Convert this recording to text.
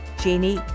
jenny